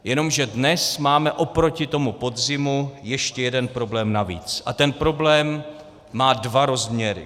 Jenomže dnes máme oproti tomu podzimu ještě jeden problém navíc a ten problém má dva rozměry.